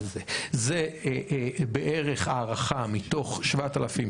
זה בערך הערכה מתוך 7,000,